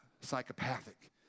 psychopathic